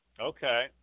Okay